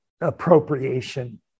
appropriation